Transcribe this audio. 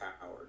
power